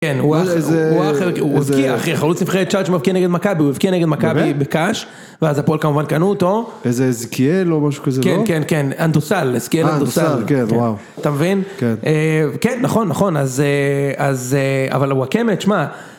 כן, הוא אחרי חלוץ נבחרת צ'ארג' שמאבקה נגד מכבי, הוא אבקיע נגד מכבי בקאש, ואז הפולק כמובן קנו אותו. איזה זיקיאל או משהו כזה, לא? כן, כן, כן, אנדוסל, זיקיאל אנדוסל. כן, וואו. אתה מבין? כן. כן, נכון, נכון, אז... אבל הוא הקמת, שמע...